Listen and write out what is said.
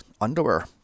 underwear